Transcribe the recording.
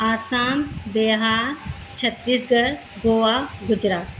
Assam Bihar Chhattisgarh Goa Gujarat